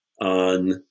on